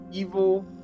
Evil